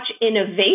innovation